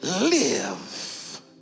live